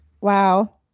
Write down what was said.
Wow